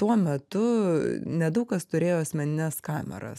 tuo metu nedaug kas turėjo asmenines kameras